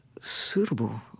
suitable